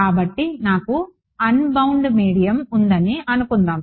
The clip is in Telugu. కాబట్టి నాకు అన్బౌండ్ మీడియం ఉందని అనుకుందాం